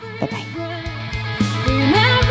Bye-bye